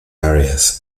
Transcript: areas